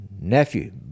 Nephew